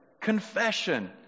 confession